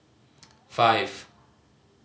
five